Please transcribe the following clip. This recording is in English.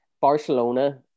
barcelona